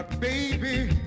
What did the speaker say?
Baby